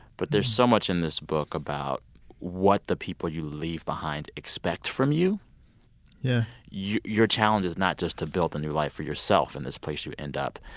but there's so much in this book about what the people you leave behind expect from you yeah your challenge is not just to build a new life for yourself in this place you end up,